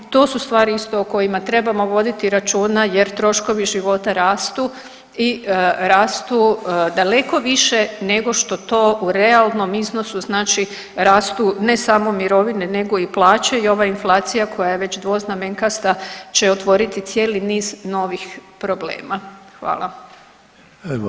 To su stvari isto o kojima trebamo voditi računa jer troškovi života rastu i rastu daleko više nego što to u realnom iznosu znači rastu ne samo mirovine nego i plaće i ova inflacija koja je već dvoznamenkasta će otvoriti cijeli niz novih problema.